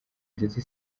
ndetse